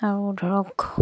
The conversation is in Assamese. আৰু ধৰক